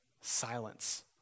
silence